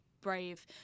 brave